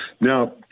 Now